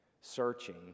searching